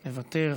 מוותר,